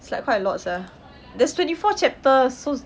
it's like quite a lot sia there's twenty four chapters so